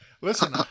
Listen